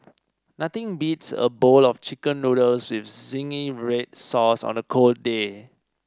nothing beats a bowl of chicken noodles with zingy red sauce on a cold day